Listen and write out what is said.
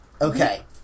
Okay